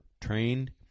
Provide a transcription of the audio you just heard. trained